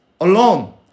alone